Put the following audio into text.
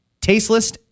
tasteless